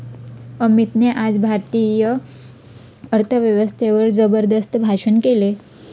अमितने आज भारतीय अर्थव्यवस्थेवर जबरदस्त भाषण केले